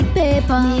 paper